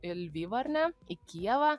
į lvivą ar ne į kijevą